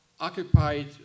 occupied